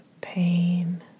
pain